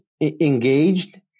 engaged